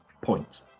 point